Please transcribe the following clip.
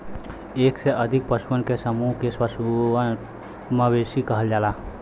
एक से अधिक पशुअन के समूह के पशुधन, मवेशी कहल जाला